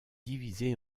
divisé